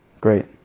Great